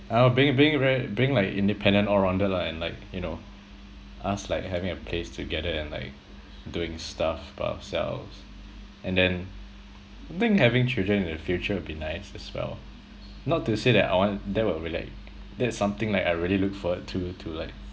I don't know being being very being like independent all rounded lah and like you know us like having a place together and like doing stuff by ourselves and then I think having children in the future will be nice as well not to say that I want that would be like that's something like I really look forward to to like